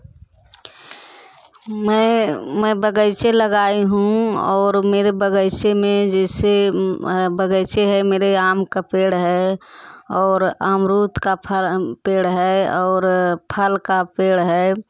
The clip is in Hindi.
मैं मैं बगीचे लगाई हूँ और मेरे बगीचे में जैसे बगीचे हैं मेरे आम का पेड़ है और अमरूद का फलन पेड़ है और फल का पेड़ है